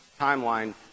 timeline